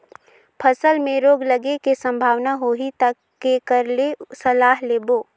फसल मे रोग लगे के संभावना होही ता के कर ले सलाह लेबो?